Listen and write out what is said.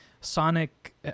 sonic